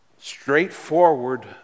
straightforward